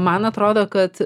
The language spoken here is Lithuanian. man atrodo kad